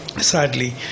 sadly